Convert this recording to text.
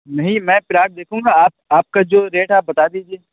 نہیں میں پلاٹ دیکھوں گا آپ آپ کا جو ریٹ ہے آپ بتا دیجیے